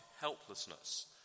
helplessness